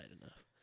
enough